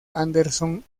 anderson